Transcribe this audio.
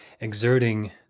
exerting